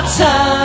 time